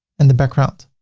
and the background.